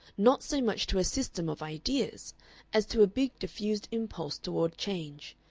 not so much to a system of ideas as to a big diffused impulse toward change,